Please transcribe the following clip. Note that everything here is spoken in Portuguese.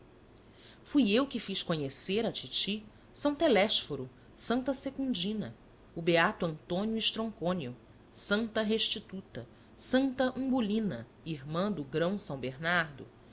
fui eu que fiz conhecer à titi são telésforo santa secundina o beato antônio estroncônio santa restituta santa umbelina irmã do grão são bernardo